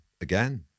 again